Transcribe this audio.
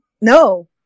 no